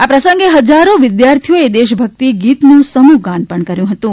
આ પ્રસંગે હજારો વિદ્યાર્થીઓએ દેશભક્તિ ગીતનું સમુહગાન કર્યું હતું